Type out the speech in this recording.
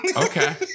Okay